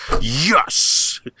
yes